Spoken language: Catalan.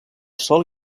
sòl